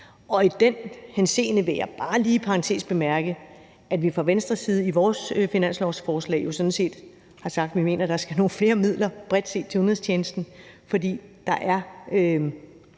Og i den henseende vil jeg bare lige i parentes bemærke, at vi fra Venstres side i vores finanslovsforslag jo sådan set har sagt, at vi mener, der skal være flere midler bredt set til udenrigstjenesten, fordi der altså